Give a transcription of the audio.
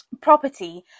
property